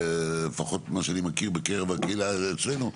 לפחות מה שאני מכיר בקרב הגיל אצלנו,